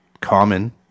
common